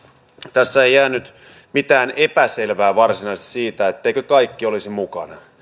tässä ei jäänyt mitään epäselvää varsinaisesti siitä etteivätkö kaikki olisi mukana